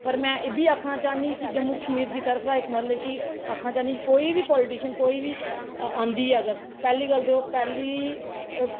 में ऐ बी आक्खना चाहन्नी कि के जम्मू कशमीर दी तरफ दा इक मतलब कि आक्खना चाहनी मतलब कि कोई बी पाॅलीटिशन कोई बी आंदी ऐ अगर पैहली गल्ल ते ओह् पैहली